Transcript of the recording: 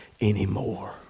anymore